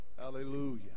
Hallelujah